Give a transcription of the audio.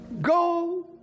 Go